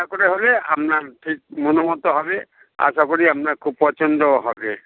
আা করে হবে আপনার ঠিক মনমতো হবে আশা করি আপনার খুব পছন্দ হবে